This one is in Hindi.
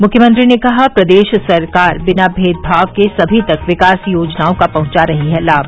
मुख्यमंत्री ने कहां प्रदेश सरकार बिना भेदभाव के सभी तक विकास योजनाओं का पहुंचा रही है लाभ